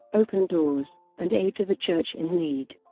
open doors, and aid to the church in need.